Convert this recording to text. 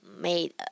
made